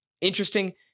Interesting